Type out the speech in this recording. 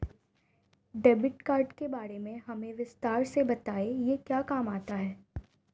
Debit card के बारे में हमें विस्तार से बताएं यह क्या काम आता है?